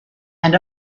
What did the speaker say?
and